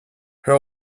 her